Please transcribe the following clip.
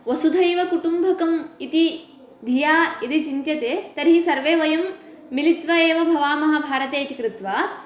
वसुधैवकुटुम्बकम् इति धिया यदि चिन्त्यते तर्हि सर्वे वयं मिलित्वा एव भवामः भारते इति कृत्वा